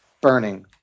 burning